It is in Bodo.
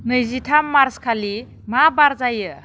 नैजिथाम मार्चखालि मा बार जायो